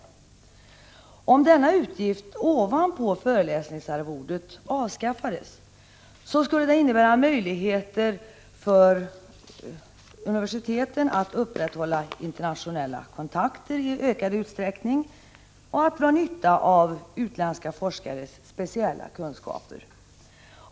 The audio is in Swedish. Om denna utgift ovanpå föreläsningsarvodet avskaffades, så' skulle det innebära möjligheter för universiteten att upprätthålla internationella kontakter i ökad utsträckning och att dra nytta av utländska forskares speciella kunskaper.